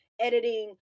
editing